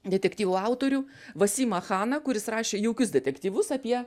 detektyvų autorių vasimą chaną kuris rašė jaukius detektyvus apie